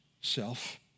Self